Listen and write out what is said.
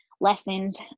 lessened